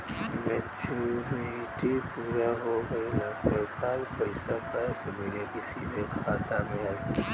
Maturity पूरा हो गइला के बाद पईसा कैश मिली की सीधे खाता में आई?